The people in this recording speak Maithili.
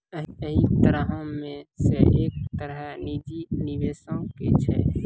यहि तरहो मे से एक तरह निजी निबेशो के छै